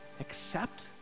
Accept